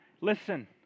listen